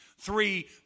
Three